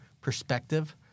perspective